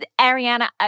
Ariana